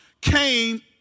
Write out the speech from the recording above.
came